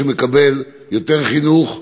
ילד שמקבל יותר חינוך,